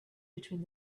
between